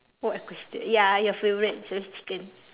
what a question ya your favourite chicken